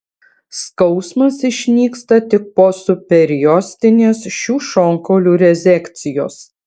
skausmas išnyksta tik po subperiostinės šių šonkaulių rezekcijos